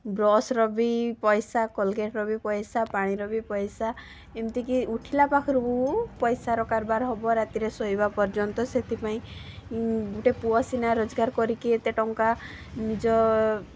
ବ୍ରସ୍ର ବି ପଇସା କୋଲ୍ଗେଟ୍ର ବି ପଇସା ପାଣିର ବି ପଇସା ଏମିତିକି ଉଠିଲା ପାଖରୁ ପଇସାର କାରବାର ହେବ ରାତିରେ ଶୋଇବା ପର୍ଯ୍ୟନ୍ତ ସେଥିପାଇଁ ଗୋଟିଏ ପୁଅ ସିନା ରୋଜଗାର କରିକି ଏତେ ଟଙ୍କା ନିଜ